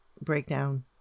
breakdown